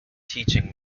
teaching